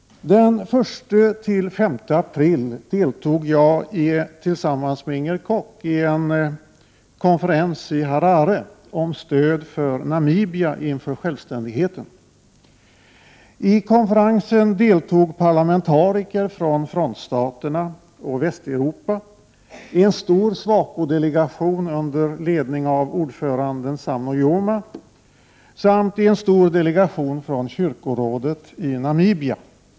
Den 1-5 april deltog jag tillsammans med Inger Koch i en konferens i Harare om stöd till Namibia inför självständigheten. I konferensen deltog parlamentariker från frontstaterna och Västeuropa, en stor SWAPO-delegation under ledning av ordföranden Sam Nujoma samt en stor delegation från kyrkorådet i Namibia.